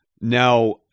Now